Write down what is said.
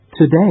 today